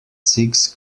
six